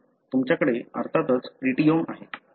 मग तुमच्याकडे अर्थातच प्रोटीओम आहे